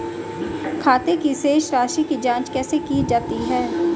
खाते की शेष राशी की जांच कैसे की जाती है?